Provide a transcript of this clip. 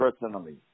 personally